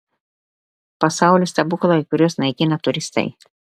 pasaulio stebuklai kuriuos naikina turistai